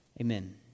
Amen